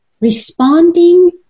responding